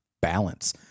balance